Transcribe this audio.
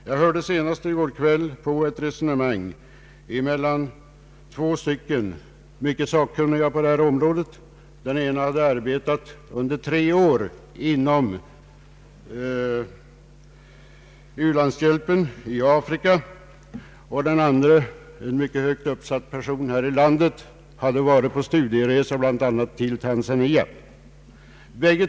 Jag hörde senast i går kväll ett resonemang mellan två på detta område mycket sakkunniga personer. Den ena hade arbetat under tre år inom u-landshjälpen i Afrika, och den andra, en mycket högt uppsatt person här i landet, hade varit på studieresa bl.a. i Tanzania.